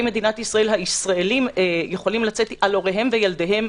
מדינת ישראל הישראלים יכולים לצאת על הוריהם וילדיהם,